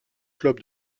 club